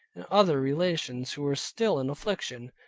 and other relations, who were still in affliction.